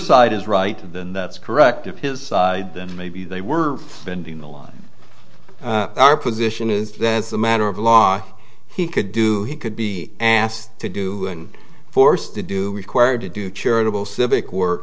side is right then that's correct of his maybe they were spending a lot of our position is that as a matter of law he could do he could be asked to do and forced to do required to do charitable civic work